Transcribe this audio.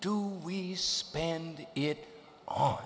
do we spend it on